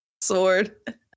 sword